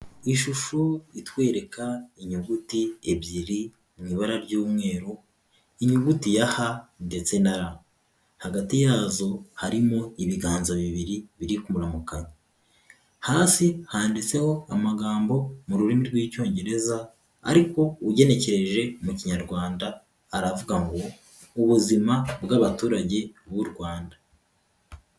Ishusho itwereka inyuguti ebyiri mu ibara ry'umweru, inyuguti ya H ndetse na R hagati yazo harimo ibiganza bibiri, biri kuramukanya handitseho amagambo mu rurimi rw'icyongereza, ariko ugenekereje mu kinyarwanda aravuga ngo ubuzima bw'abaturage b'u Rwanda.